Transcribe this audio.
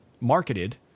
marketed